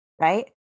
Right